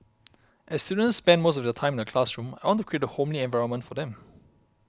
as students spend most of their time in the classroom I want to create a homely environment for them